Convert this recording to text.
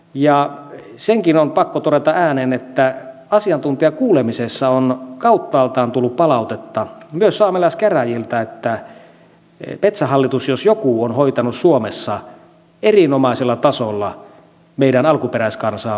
ja sekin on pakko todeta ääneen että asiantuntijakuulemisessa on kauttaaltaan tullut palautetta myös saamelaiskäräjiltä että metsähallitus jos joku on hoitanut suomessa erinomaisella tasolla meidän alkuperäiskansaan liittyvät kysymykset